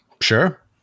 Sure